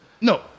No